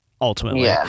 Ultimately